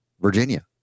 Virginia